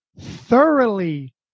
thoroughly